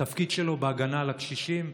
בתפקיד שלו בהגנה על הקשישים.